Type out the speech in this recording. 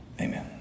amen